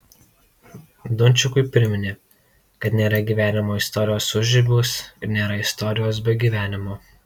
dunčikui priminė kad nėra gyvenimo istorijos užribiuos ir nėra istorijos be gyvenimo